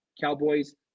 Cowboys